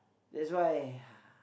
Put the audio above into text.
that's why